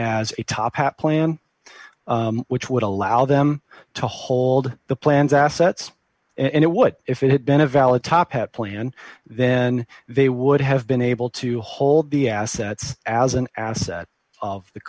as a top hat plan which would allow them to hold the plans assets and it would if it had bene valid top hat plan then they would have been able to hold the assets as an asset of the